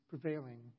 prevailing